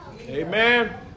Amen